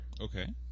Okay